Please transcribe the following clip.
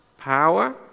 power